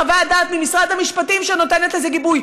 חוות דעת ממשרד המשפטים שנותנת לזה גיבוי.